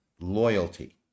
loyalty